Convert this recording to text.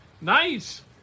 Nice